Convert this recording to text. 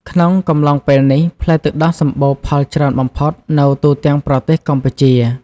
ក្នុងកំឡុងពេលនេះ ផ្លែទឹកដោះសម្បូរផលច្រើនបំផុតនៅទូទាំងប្រទេសកម្ពុជា។